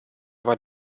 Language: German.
war